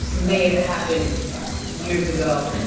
may have happened years ago,